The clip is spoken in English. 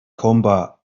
combat